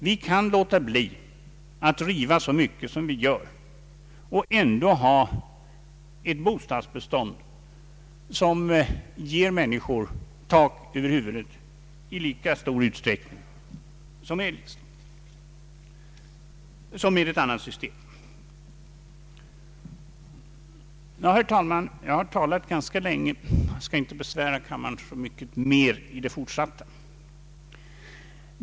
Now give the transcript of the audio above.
Vi kan låta bli att riva så mycket som vi gör och ändå ha ett bostadsbestånd som ger människor tak över huvudet i lika stor utsträckning som med ett upptrissat byggande. Herr talman! Jag har talat ganska länge och skall inte besvära kammarens ledamöter så mycket mer i fortsättningen.